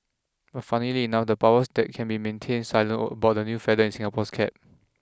but funnily enough the powers that be maintain silent about the new feather in Singapore's cap